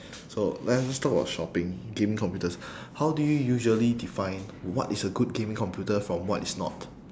so let us just talk about shopping gaming computers how do you usually define what is a good gaming computer from what is not